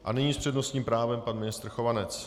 A nyní s přednostním právem pan ministr Chovanec.